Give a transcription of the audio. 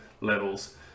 levels